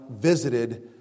visited